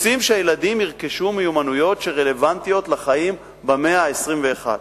רוצים שהילדים ירכשו מיומנויות שרלוונטיות לחיים במאה ה-21.